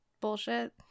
bullshit